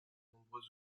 nombreux